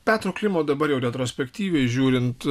petro klimo dabar jau retrospektyviai žiūrint